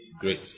great